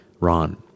Ron